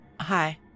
Hi